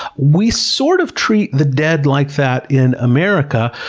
we sort of treat the dead like that in america,